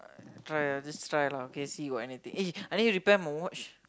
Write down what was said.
try ah just try lah okay see if got anything eh I need to repair my watch